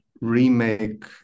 remake